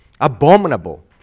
abominable